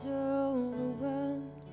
overwhelmed